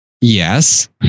Yes